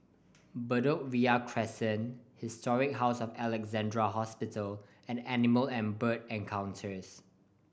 Bedok Ria Crescent Historic House of Alexandra Hospital and Animal and Bird Encounters